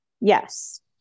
yes